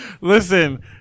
listen